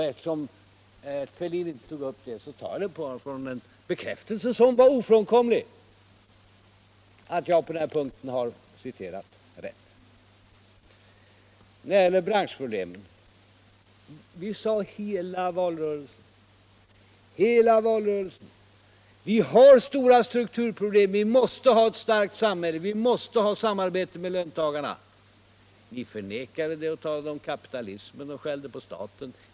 Eftersom herr Fälldin inte tog upp detta tar jag det som en ofrånkomlig bekräftelse på att jag återgivit saken rätt. Nir det giller branschproblemen sade vi i heta valrörelsen att vi har Allmänpolitisk debatt tn Allmänpolitisk debatt stora strukturproblem, att vi måste ha ett starkt samhälle och att vi måste ha ett samarbete med löntagarna. Ni förnekade det och talade om kapitalismen och skällde på staten.